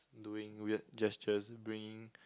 doing weird gestures bringing